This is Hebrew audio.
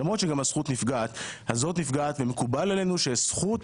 למרות שגם הזכות הזאת נפגעת ומקובל עלינו שזכות,